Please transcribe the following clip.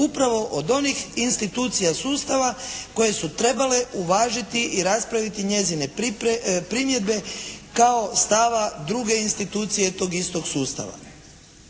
upravo od onih institucija sustava koje su trebale uvažiti i raspraviti njezine primjedbe kao stava druge institucije tog istog sustava.